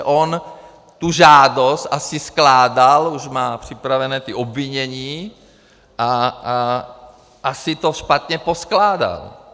On žádost asi skládal, už má připravené obvinění a asi to špatně poskládal.